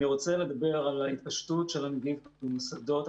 אני רוצה לדבר על ההתפשטות של הנגיף במוסדות.